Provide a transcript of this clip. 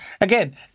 Again